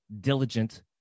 diligent